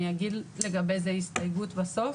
אני אגיד לגבי הסתייגות בסוף.